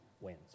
wins